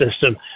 system